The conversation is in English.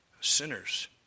sinners